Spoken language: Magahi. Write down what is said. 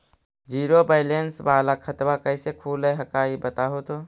जीरो बैलेंस वाला खतवा कैसे खुलो हकाई बताहो तो?